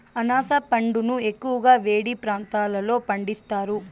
అనాస పండును ఎక్కువగా వేడి ప్రాంతాలలో పండిస్తారు